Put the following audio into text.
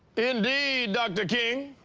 indeed, dr. king,